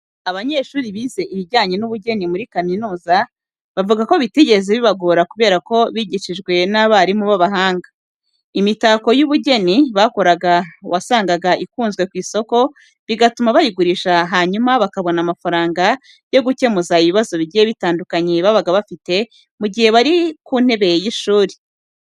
Abanyeshuri bize ibijyanye n'ubugeni muri kaminuza, bavuga ko bitigeze bibagora kubera ko bigishijwe n'abarimu b'abahanga. Imitako y'ubugeni bakoraga wasangaga ikunzwe ku isoko, bigatuma bayigurisha hanyuma bakabona amafaranga yo gukemuza ibibazo bigiye bitandukanye babaga bafite mu gihe bari ku ntebe y'ishuri.